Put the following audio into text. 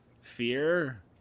fear